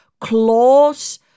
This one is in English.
claws